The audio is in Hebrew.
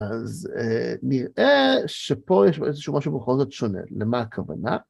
‫אז נראה שפה יש ב... איזשהו ‫משהו בכל זאת שונה. למה הכוונה?